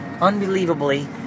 Unbelievably